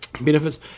Benefits